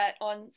on